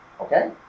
Okay